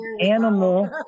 animal